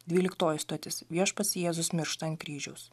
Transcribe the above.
dvyliktoji stotis viešpats jėzus miršta ant kryžiaus